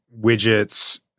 widgets